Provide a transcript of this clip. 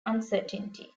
uncertainty